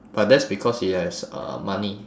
but that's because he has uh money